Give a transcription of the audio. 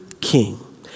King